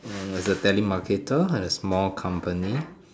as a telemarketer in a small company